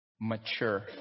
mature